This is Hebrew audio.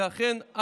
ואכן,